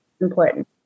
important